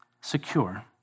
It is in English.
Secure